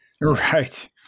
Right